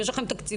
יש לכם תקציבים.